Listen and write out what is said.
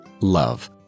love